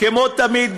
כמו תמיד,